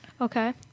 Okay